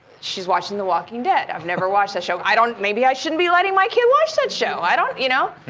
she's watching the walking dead. i've never watched that show. i don't maybe i shouldn't be letting my kids watch that show. i don't you know.